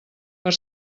per